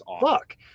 fuck